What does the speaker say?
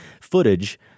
footage